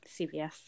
CVS